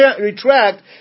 retract